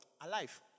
Alive